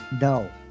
No